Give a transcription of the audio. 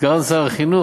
סגן שר החינוך,